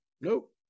nope